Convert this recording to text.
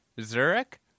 Zurich